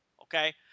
okay